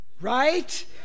Right